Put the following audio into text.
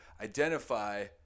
identify